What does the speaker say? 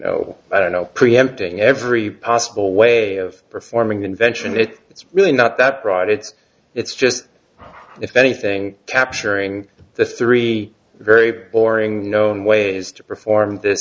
know i don't know preempting every possible way of performing invention it it's really not that bright it's it's just if anything capturing the three very boring known ways to perform